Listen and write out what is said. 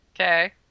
Okay